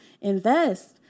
Invest